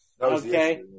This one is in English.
Okay